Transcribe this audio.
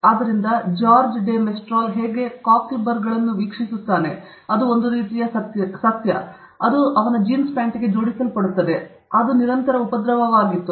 ಆದ್ದರಿಂದ George de Mestral ಹೇಗೆ ಕಾಕ್ಲೆಬರ್ಗಳನ್ನು ವೀಕ್ಷಿಸುತ್ತಿದ್ದಾನೆ ಒಂದು ರೀತಿಯ ಸಸ್ಯ ಅದು ತನ್ನ ಜೀನ್ಸ್ ಪಾಂಟ್ಗೆ ಜೋಡಿಸಲ್ಪಟ್ಟಿದೆ ಇದು ಒಂದು ನಿರಂತರ ಉಪದ್ರವವಾಗಿತ್ತು